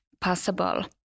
possible